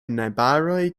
najbaraj